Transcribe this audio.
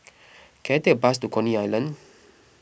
can I take a bus to Coney Island